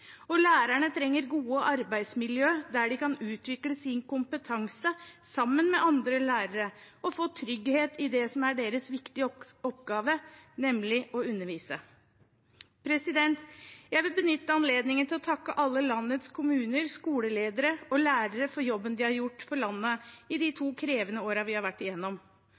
Og lærerne trenger gode arbeidsmiljøer der de kan utvikle sin kompetanse sammen med andre lærere og få trygghet i det som er deres viktigste oppgave, nemlig å undervise. Jeg vil benytte anledningen til å takke alle landets kommuner, skoleledere og lærere for jobben de har gjort for landet i de to krevende årene vi har vært